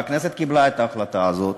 והכנסת קיבלה את ההחלטה הזאת,